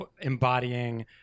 embodying